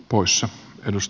arvoisa puhemies